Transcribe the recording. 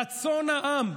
רצון העם,